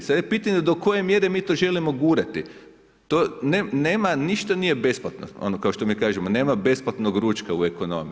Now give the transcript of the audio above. Sad je pitanje do koje mjere mi to želimo gurati, to nema ništa nije besplatno, ono kao što mi kažemo, nema besplatnog ručka u ekonomiji.